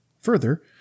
Further